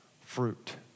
fruit